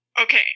Okay